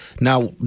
Now